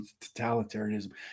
totalitarianism